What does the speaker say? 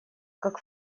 как